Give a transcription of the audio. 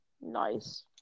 Nice